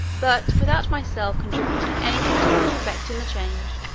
but without myself contributing anything towards effecting the change,